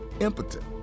impotent